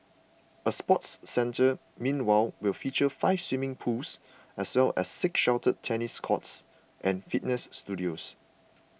a sports centre meanwhile will feature five swimming pools as well as six sheltered tennis courts and fitness studios